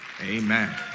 Amen